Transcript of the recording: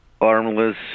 armless